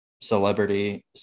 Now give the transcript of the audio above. celebrity